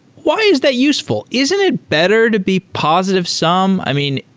why is that useful? isn't it better to be positive-sum? i mean,